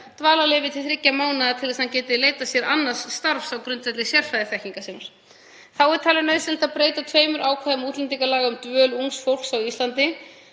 dvalarleyfi til þriggja mánaða til þess að hann geti leitað sér annars starfs á grundvelli sérfræðiþekkingar sinnar. Þá er talið nauðsynlegt að breyta tveimur ákvæðum útlendingalaga um dvöl ungs fólks á Íslandi,